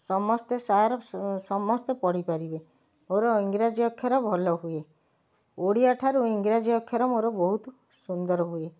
ସମସ୍ତେ ସାର୍ ସମସ୍ତେ ପଢ଼ିପାରିବେ ମୋର ଇଂରାଜୀ ଅକ୍ଷର ଭଲ ହୁଏ ଓଡ଼ିଆ ଠାରୁ ଇଂରାଜୀ ଅକ୍ଷର ମୋର ବହୁତ ସୁନ୍ଦର ହୁଏ